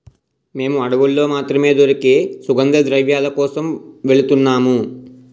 మేము అడవుల్లో మాత్రమే దొరికే సుగంధద్రవ్యాల కోసం వెలుతున్నాము